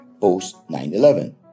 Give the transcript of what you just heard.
post-9-11